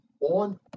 On